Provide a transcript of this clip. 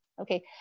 Okay